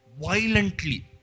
violently